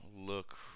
look